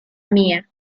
mia